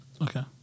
Okay